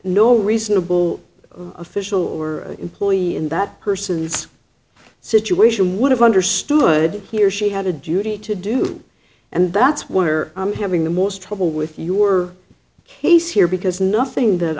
no reasonable official or employee in that person's situation would have understood he or she had a duty to do and that's where i'm having the most trouble with your case here because nothing th